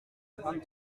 vingt